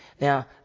Now